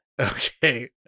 okay